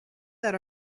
that